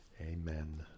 Amen